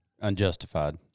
Unjustified